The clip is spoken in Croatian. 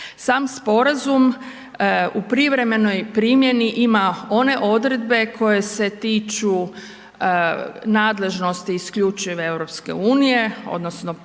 Sam sporazum u privremenoj primjeni ima one odredbe koje se tiču nadležnosti isključivo EU-a odnosno